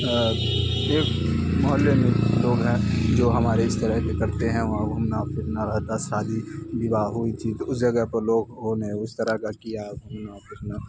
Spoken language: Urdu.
ایک محلے میں لوگ ہیں جو ہمارے اس طرح کے کرتے ہیں وہاں گھومنا پھرنا رہتا ہے سادی بواہ ہوئی تھی تو اس جگہ پر لوگ انہوں نے اس طرح کا کیا گھومنا پھرنا